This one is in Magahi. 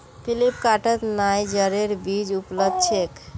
फ्लिपकार्टत नाइजरेर बीज उपलब्ध छेक